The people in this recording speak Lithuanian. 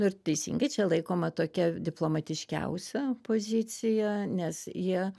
nu ir teisingai čia laikoma tokia diplomatiškiausia pozicija nes jie